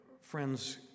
Friends